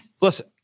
listen